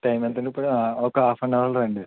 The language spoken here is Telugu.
టైం ఎంతండి ఇప్పుడు ఒక హాఫ్ అన్ అవర్లో రండి